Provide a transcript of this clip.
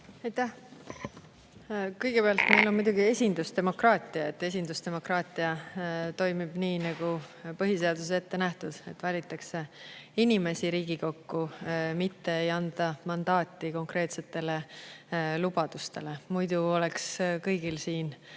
Aitäh! Kõigepealt, meil on muidugi esindusdemokraatia. Esindusdemokraatia toimib nii, nagu põhiseaduses on ette nähtud, et valitakse inimesi Riigikokku, mitte ei anta mandaati konkreetsetele lubadustele. Muidu oleks kõigil siin